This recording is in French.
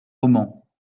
roman